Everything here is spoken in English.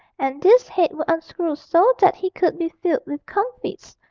and this head would unscrew so that he could be filled with comfits,